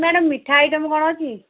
madam ମିଠା item କ'ଣ ଅଛି